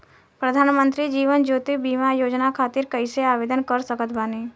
प्रधानमंत्री जीवन ज्योति बीमा योजना खातिर कैसे आवेदन कर सकत बानी?